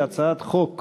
היא הצעת חוק